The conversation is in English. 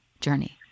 journey